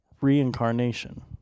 Reincarnation